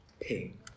Ping